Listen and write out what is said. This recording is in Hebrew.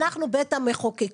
אנחנו בית המחוקקים.